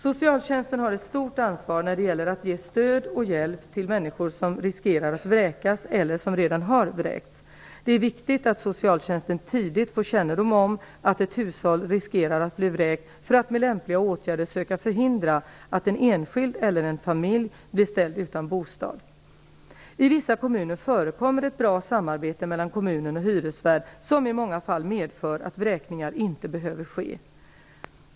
Socialtjänsten har ett stort ansvar när det gäller att ge stöd och hjälp till människor som riskerar att vräkas eller som redan har vräkts. Det är viktigt att socialtjänsten tidigt får kännedom om att ett hushåll riskerar att bli vräkt för att med lämpliga åtgärder söka förhindra att en enskild eller en familj blir ställd utan bostad. I vissa kommuner förekommer ett bra samarbete mellan kommun och hyresvärd som i många fall medför att vräkningar inte behöver ske.